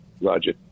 Roger